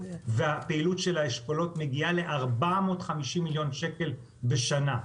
והפעילות של האשכולות מגיעה ל-450 מיליון שקל בשנה,